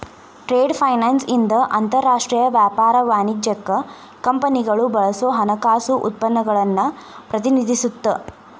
trade finance ಇಂದ ಅಂತರಾಷ್ಟ್ರೇಯ ವ್ಯಾಪಾರ ವಾಣಿಜ್ಯಕ್ಕ ಕಂಪನಿಗಳು ಬಳಸೋ ಹಣಕಾಸು ಉತ್ಪನ್ನಗಳನ್ನ ಪ್ರತಿನಿಧಿಸುತ್ತ